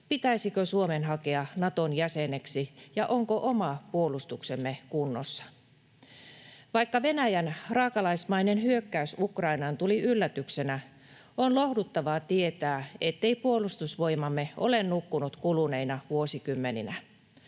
pitäisikö Suomen hakea Naton jäseneksi ja onko oma puolustuksemme kunnossa. Vaikka Venäjän raakalaismainen hyökkäys Ukrainaan tuli yllätyksenä, on lohduttavaa tietää, ettei Puolustusvoimamme ole nukkunut kuluneina vuosikymmeninä.